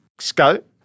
Scope